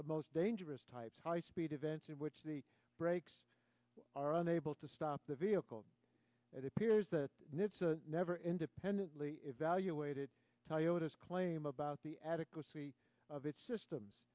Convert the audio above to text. the most dangerous types high speed events in which the brakes are unable to stop the vehicle it appears that it's a never independently evaluated toyota's claim about the adequacy of its systems